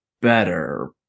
better